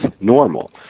normal